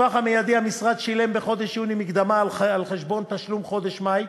בטווח המיידי המשרד שילם בחודש יוני מקדמה על חשבון תשלום חודש מאי,